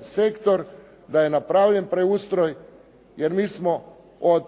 sektor da je napravljen preustroj jer mi smo od